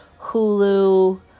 hulu